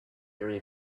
your